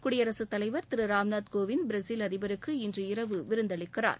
குடியரசு தலைவர் திரு ராம்நாத் கோவிந்த் பிரேசில் அதிபருக்கு இன்று இரவு விருந்தளிக்கிறார்